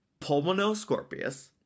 pulmonoscorpius